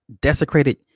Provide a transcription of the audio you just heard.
desecrated